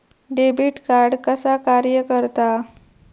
Debit card कसा कार्य करता?